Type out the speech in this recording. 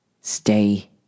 stay